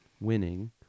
winning